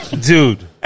dude